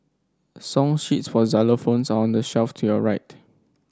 song sheets for xylophones are on the shelf to your right